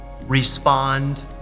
respond